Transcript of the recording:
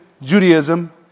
Judaism